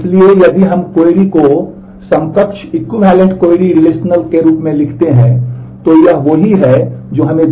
इसलिए यदि हम क्वेरी का परिणाम दें